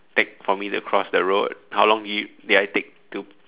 take for me to cross the road how long did it did I take to